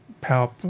power